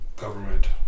government